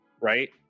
right